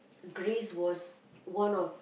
Greece was one of